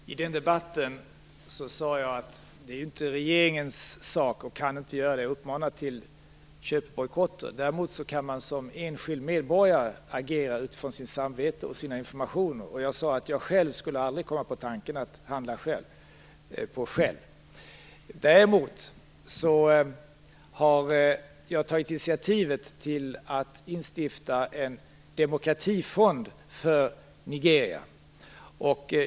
Fru talman! I den debatten sade jag att det inte är regeringens sak att uppmana till köpbojkotter. Vi kan inte göra det. Däremot kan man som enskild medborgare agera utifrån sitt samvete och sina informationer. Jag sade att jag själv aldrig skulle komma på tanken att handla på Shell. Däremot har jag tagit initiativet till att instifta en demokratifond för Nigeria.